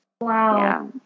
Wow